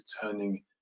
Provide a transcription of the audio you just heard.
turning